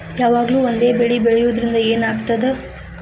ಯಾವಾಗ್ಲೂ ಒಂದೇ ಬೆಳಿ ಬೆಳೆಯುವುದರಿಂದ ಏನ್ ಆಗ್ತದ?